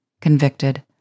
convicted